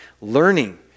learning